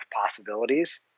possibilities